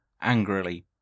angrily